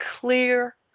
clear